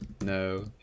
No